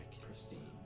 pristine